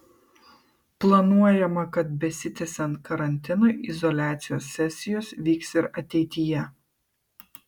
planuojama kad besitęsiant karantinui izoliacijos sesijos vyks ir ateityje